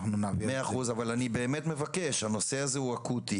אני באמת מבקש, הנושא הזה הוא אקוטי